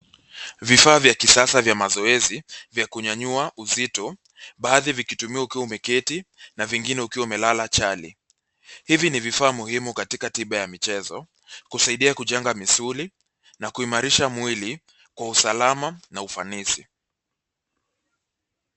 Vifaa vya kisasa vya mazoezi vya kunyanyua uzito baadhi vikitumiwa ukiwa umeketi na vingine ukiwa umelala chali. Hivi ni vifaa muhimu katika tiba ya michezo .Husaidia kujenga misuli na kuimarisha mwili kwa usalama na ufanisi.